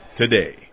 today